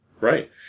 Right